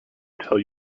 tell